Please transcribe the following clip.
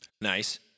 Nice